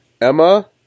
Emma